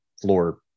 floor